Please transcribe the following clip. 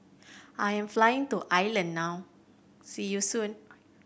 I am flying to Ireland now See you soon